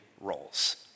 roles